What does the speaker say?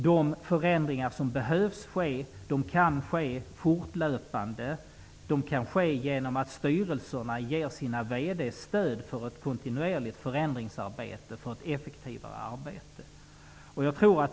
De förändringar som behövs kan ske fortlöpande, genom att styrelserna ger sina vd stöd för ett kontinuerligt förändringsarbete, ett effektivare arbete.